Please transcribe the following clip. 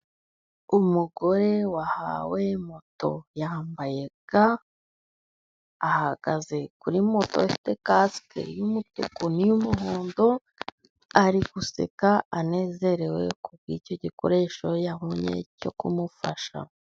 Umugore wahawe moto yambaye ga , ahagaze kuri moto ifite kasike y'umutuku niy'umuhondo. Ari guseka anezerewe kubw'icyo gikoresho yahawe cyo kumufasha.